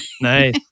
Nice